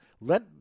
let